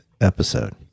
episode